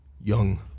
young